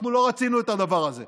אנחנו לא רצינו את הדבר הזה.